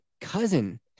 cousin